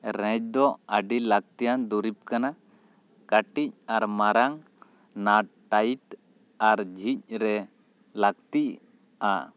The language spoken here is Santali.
ᱨᱮᱡ ᱫᱚ ᱟᱹᱰᱤ ᱞᱟᱹᱠᱛᱤᱭᱟᱱ ᱫᱩᱨᱤᱵᱽ ᱠᱟᱱᱟ ᱠᱟᱹᱴᱤᱡ ᱟᱨ ᱢᱟᱨᱟᱝ ᱱᱟᱴ ᱴᱟᱭᱤᱴ ᱟᱨ ᱡᱷᱤᱡ ᱨᱮ ᱞᱟᱹᱠᱛᱤᱜᱼᱟ